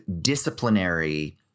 disciplinary